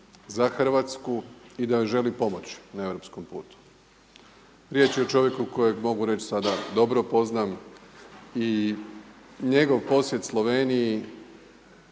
za Hrvatsku i da joj želi pomoći na europskom putu. Riječ je o čovjeku za kojeg mogu reći sada dobro poznam i njegov posjet Sloveniji